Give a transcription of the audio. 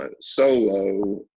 solo